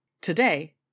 Today